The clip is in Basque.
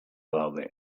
daude